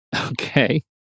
Okay